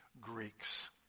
Greeks